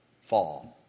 Fall